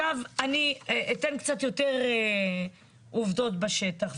אני אתן קצת יותר עובדות בשטח.